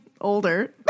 Older